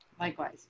Likewise